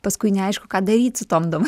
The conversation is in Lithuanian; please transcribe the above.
paskui neaišku ką daryt su tom dova